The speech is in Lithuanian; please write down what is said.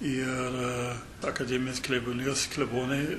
ir akademijos klebonijos klebonai